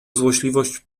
złośliwość